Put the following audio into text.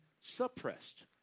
suppressed